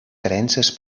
creences